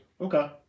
Okay